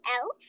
Elf